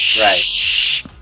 Right